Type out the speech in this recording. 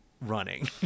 running